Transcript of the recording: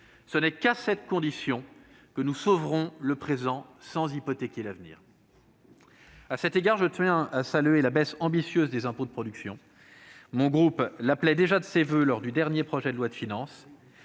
Ce n'est qu'à cette condition que nous sauverons le présent sans hypothéquer l'avenir. À cet égard, je tiens à saluer la baisse ambitieuse des impôts de production. Notre groupe l'appelait déjà de ses voeux lors du dernier projet de loi de finances.